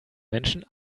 menschen